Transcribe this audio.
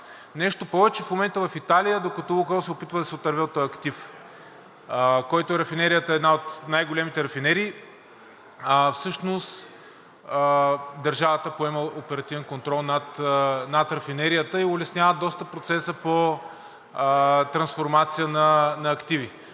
Нещо повече. В момента в Италия докато „Лукойл“ се опитва да се отърве от актив, който е рафинерията – една от най-големите рафинерии, а всъщност държавата поема оперативен контрол над рафинерията и улеснява доста процеса по трансформация на активи.